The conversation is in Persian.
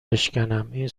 بشکنم، این